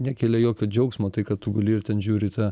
nekelia jokio džiaugsmo tai kad tu guli ir ten žiūri į tą